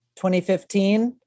2015